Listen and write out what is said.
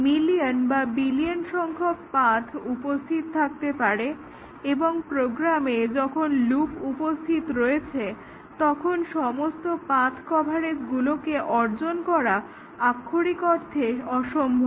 million বা billion সংখ্যক path উপস্থিত থাকতে পারে এবং প্রোগ্রামে যখন লুপ উপস্থিত রয়েছে তখন সমস্ত পাথ্ কভারেজগুলোকে অর্জন করা আক্ষরিক অর্থে অসম্ভব